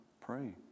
Pray